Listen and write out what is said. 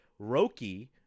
Roki